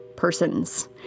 persons